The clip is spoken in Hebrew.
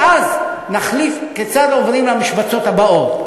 ואז נחליט כיצד עוברים למשבצות הבאות.